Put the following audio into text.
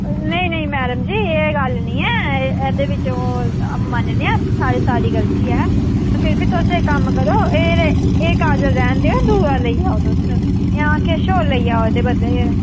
नेईं नेईं मैडम जी एह् गल्ल नी ऐ एह्दे बिच्च मनने आं साढ़ी गल्ती ऐ ते फ्ही बी तुस इक कम्म करो एह् एह् काजल रैह्न देओ दूआ लेई जाओ तुस जां किश होर लेई जाओ एह्दे बदले